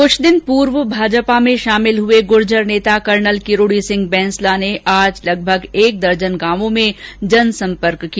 कुछ दिन पूर्व भाजपा में शामिल हुए गुर्जर नेता कर्नल किरोड़ी सिंह बैंसला ने आज लगभग एक दर्जन गांवों में जन सम्पर्क किया